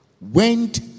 went